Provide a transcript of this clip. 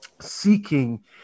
seeking